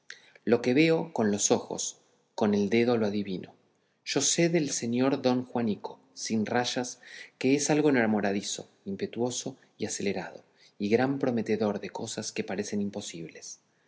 lo que veo con lo ojos con el dedo lo adivino yo sé del señor don juanico sin rayas que es algo enamoradizo impetuoso y acelerado y gran prometedor de cosas que parecen imposibles